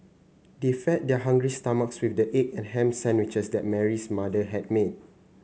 they fed their hungry stomachs with the egg and ham sandwiches that Mary's mother had made